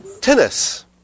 Tennis